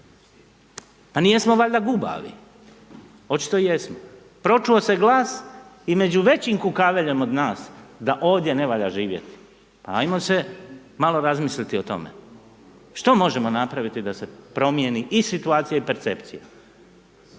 pa nijesmo valjda gubavi? Očito jesmo. Pročuo se glas i među većim kukaveljem od nas da ovdje ne valja živjeti, ajmo se malo razmisliti o tome. Što možemo napraviti da se promijeni i situacija i percepcija?